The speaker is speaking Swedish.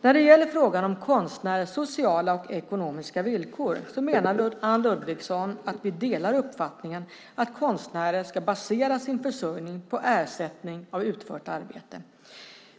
När det gäller frågan om konstnärernas sociala och ekonomiska villkor menar Anne Ludvigsson att vi delar uppfattningen att konstnärer ska basera sin försörjning på ersättning för utfört arbete.